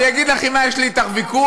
אני אגיד לך על מה יש לי אתך ויכוח.